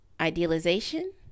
Idealization